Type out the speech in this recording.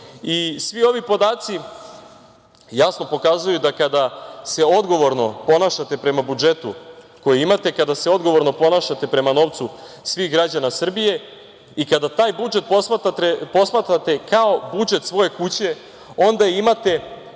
ovi podaci jasno pokazuju da kada se odgovorno ponašate prema budžetu koji imate, kada se odgovorno ponašate prema novcu svih građana Srbije i kada taj budžet posmatrate kao budžet svoje kuće, onda imate